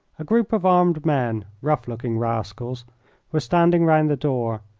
a group of armed men rough-looking rascals were standing round the door,